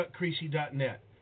chuckcreasy.net